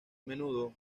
menudo